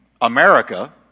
America